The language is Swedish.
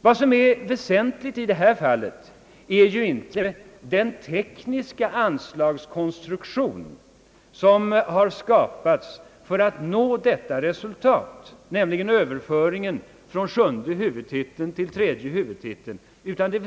Vad som är väsentligt i detta fall är ju inte den tekniska anslagskonstruktion som har skapats för att nå detta resultat, nämligen överföringen från sjunde huvudtiteln till tredje huvudtiteln, utan det är